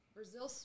Brazil